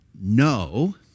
no